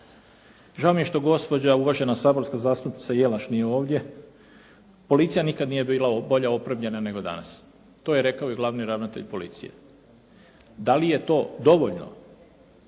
Žao mi je što gospođa uvažena saborska zastupnica Jelaš nije ovdje, policija nikad nije bila bolje opremljena nego danas. To je rekao i glavni ravnatelj policije. Da li je to dovoljno?